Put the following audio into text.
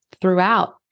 throughout